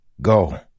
Go